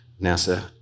NASA